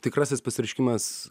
tikrasis pasireiškimas